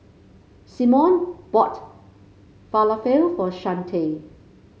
Simone bought Falafel for Chante